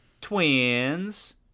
twins